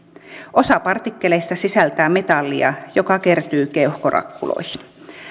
osa partikkeleista sisältää metallia joka kertyy keuhkorakkuloihin